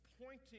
pointing